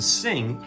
sing